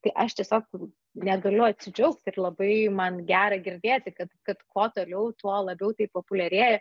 tai aš tiesiog negaliu atsidžiaugt ir labai man gera girdėti kad kad kuo toliau tuo labiau tai populiarėja